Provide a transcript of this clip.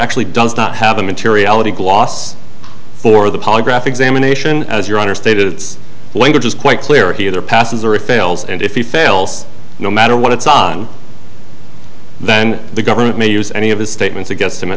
actually does not have a materiality gloss for the polygraph examination as your honor stated its language is quite clear here there passes are a fails and if he fails no matter what its on then the government may use any of his statements against him a